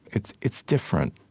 it's it's different.